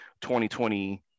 2020